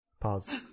pause